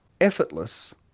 Effortless